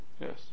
yes